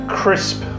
crisp